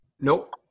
nope